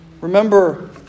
Remember